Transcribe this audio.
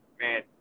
man